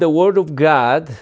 the word of god